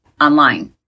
online